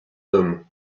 hommes